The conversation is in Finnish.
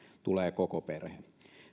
tulee koko perhe